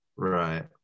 Right